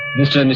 mr. and